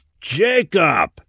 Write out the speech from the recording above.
Jacob